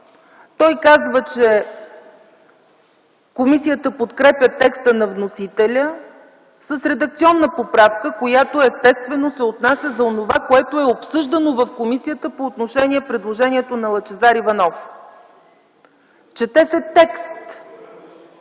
Той казва, че комисията подкрепя текста на вносителя с редакционна поправка, която, естествено, се отнася за онова, което е обсъждано в комисията по отношение на предложението на Лъчезар Иванов. Чете се текст